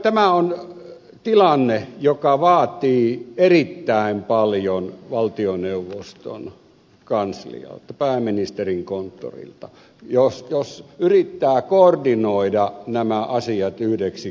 tämä on tilanne joka vaatii erittäin paljon valtioneuvoston kanslialta pääministerin konttorilta jos yrittää koordinoida nämä asiat yhdeksi kokonaisuudeksi